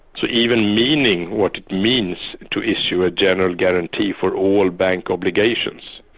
so even meaning what it means to issue a general guarantee for all bank obligations,